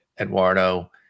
Eduardo